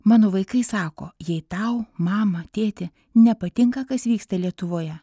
mano vaikai sako jei tau mama tėti nepatinka kas vyksta lietuvoje